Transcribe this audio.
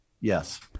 Yes